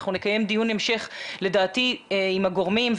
אנחנו נקיים דיון המשך, לדעתי עם הגורמים.